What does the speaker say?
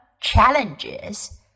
challenges